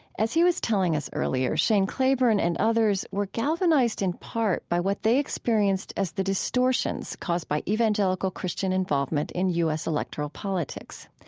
as he was telling us earlier, shane claiborne and others were galvanized in part by what they experienced as the distortions caused by evangelical christian involvement in u s. electoral politics.